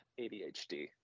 ADHD